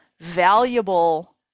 valuable